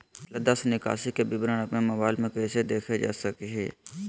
पिछला दस निकासी के विवरण अपन मोबाईल पे कैसे देख सके हियई?